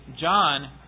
John